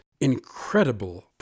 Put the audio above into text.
incredible